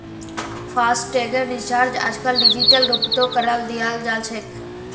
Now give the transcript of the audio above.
फासटैगेर recharge आजकल digital रूपतों करे दियाल जाछेक